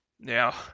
Now